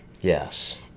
Yes